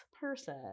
person